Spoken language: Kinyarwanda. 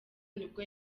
nibwo